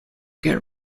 get